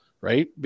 right